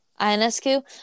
Ionescu